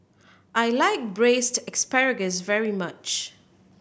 I like Braised Asparagus very much